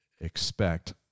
expect